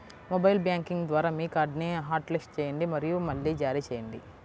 mobile banking ద్వారా మీ కార్డ్ని హాట్లిస్ట్ చేయండి మరియు మళ్లీ జారీ చేయండి